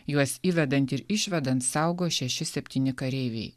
juos įvedant ir išvedant saugo šeši septyni kareiviai